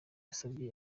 wasabye